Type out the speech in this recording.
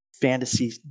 fantasy